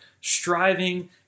striving